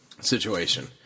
situation